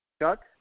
Chuck